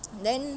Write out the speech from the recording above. then